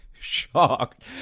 shocked